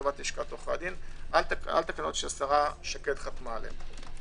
לטובת לשכת עורכי הדין על תקנות שהשרה שקד חתמה עליהן.